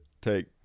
take